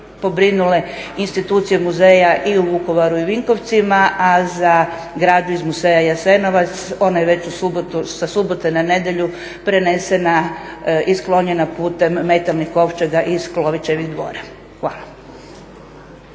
pobrinule institucije muzeja i u Vukovaru i Vinkovcima, a za građu iz muzeja Jasenovac ona je već u subotu, sa subote na nedjelju prenesena i sklonjena putem metalnih kovčega iz Klovićevih dvora. Hvala.